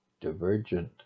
divergent